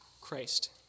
Christ